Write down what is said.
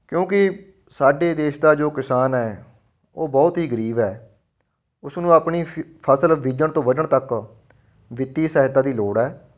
ਕਿਉਂਕਿ ਸਾਡੇ ਦੇਸ਼ ਦਾ ਜੋ ਕਿਸਾਨ ਹੈ ਉਹ ਬਹੁਤ ਹੀ ਗਰੀਬ ਹੈ ਉਸਨੂੰ ਆਪਣੀ ਫ ਫਸਲ ਬੀਜਣ ਤੋਂ ਵੱਢਣ ਤੱਕ ਵਿੱਤੀ ਸਹਾਇਤਾ ਦੀ ਲੋੜ ਹੈ